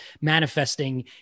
manifesting